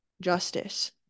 justice